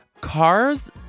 cars